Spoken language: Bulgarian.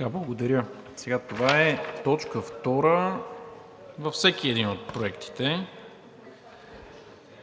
Благодаря. Това е точка втора във всеки един от проектите.